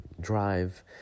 drive